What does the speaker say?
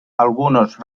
algunos